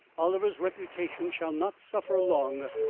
oliver's reputation shall not suffer long,